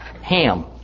Ham